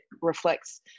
reflects